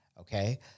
okay